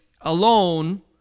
alone